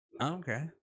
okay